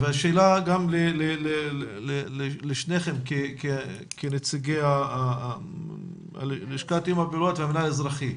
השאלה לשניכם כנציגי המינהל האזרחי.